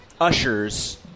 ushers